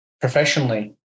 professionally